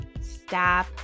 stop